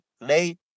late